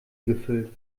gefüllt